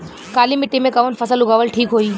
काली मिट्टी में कवन फसल उगावल ठीक होई?